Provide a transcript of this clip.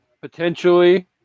Potentially